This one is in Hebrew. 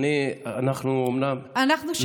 אנחנו אומנם אנחנו שם.